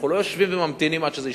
אנחנו לא יושבים וממתינים עד שזה ישתחרר,